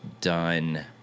done